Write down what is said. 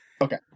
Okay